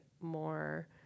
more